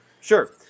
Sure